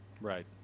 Right